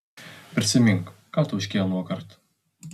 prisimink ką tauškei anuokart